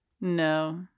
No